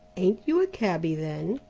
ain't you a cabby, then?